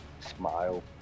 smile